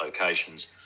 locations